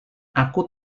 aku